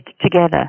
together